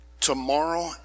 tomorrow